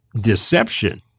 deception